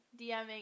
DMing